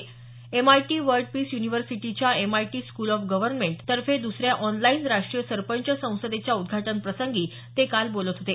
MIT world peace युनिव्हर्सिटीच्या MIT school of गव्हर्नमेंटेतर्फे दुसर्या ऑनलाईन राष्ट्रीय सरपंच संसदे च्या उद्घाटन प्रसंगी ते काल बोलत होते